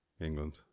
England